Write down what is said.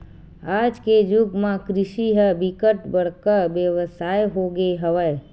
आज के जुग म कृषि ह बिकट बड़का बेवसाय हो गे हवय